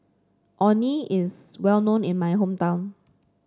Orh Nee is well known in my hometown